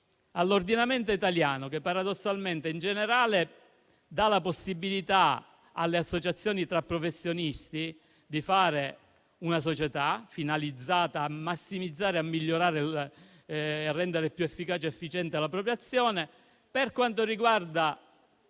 all'ordinamento italiano che, in generale, dà la possibilità alle associazioni tra professionisti di fare una società finalizzata a massimizzare, a migliorare e rendere più efficace ed efficiente la propria azione. Per quanto riguarda